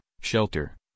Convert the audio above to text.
shelter